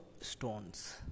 stones